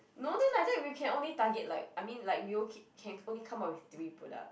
no then like that we can only target like I mean like we can only come up with three product